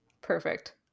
Perfect